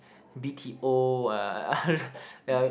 b_t_o uh yeah